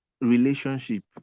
relationship